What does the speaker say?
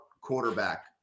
quarterback